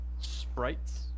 sprites